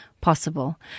possible